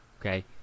okay